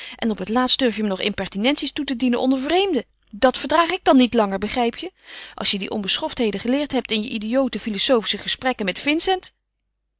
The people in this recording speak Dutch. en op het laatst durf je me nog impertinenties toe te dienen onder vreemden dat verdraag ik dan niet langer begrijp je als je die onbeschoftheden geleerd hebt in je idiote filozofische gesprekken met vincent